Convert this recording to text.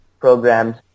programs